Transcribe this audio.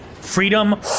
Freedom